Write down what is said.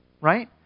right